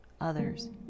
others